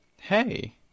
Hey